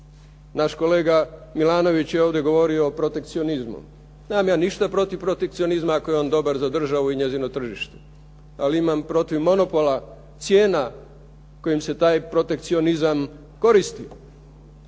Naš kolega Milanović je govorio ovdje o proktecionizma. Nemam ja ništa protiv protekcionizma ako je on dobar za državu i njezino tržište, ali imam protiv monopola cijena kojim se taj protekcionizam koristi.